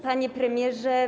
Panie Premierze!